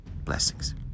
Blessings